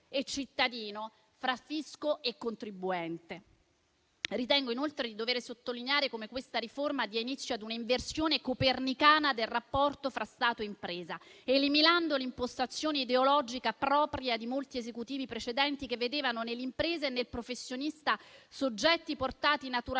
e cittadino, tra fisco e contribuente. Ritengo inoltre di dover sottolineare come questa riforma dia inizio a un'inversione copernicana del rapporto fra Stato e impresa, eliminando l'impostazione ideologica propria di molti Esecutivi precedenti, che vedevano nelle imprese e nel professionista soggetti portati naturalmente